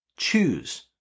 choose